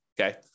okay